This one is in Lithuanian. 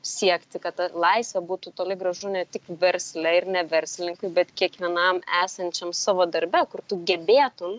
siekti kad ta laisvė būtų toli gražu ne tik versle ir ne verslininkui bet kiekvienam esančiam savo darbe kur tu gebėtum